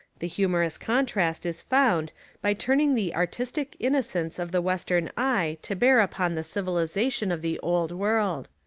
the humorous contrast is found by turning the artistic innocence of the western eye to bear upon the civilisation of the old world.